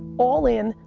all in,